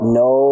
no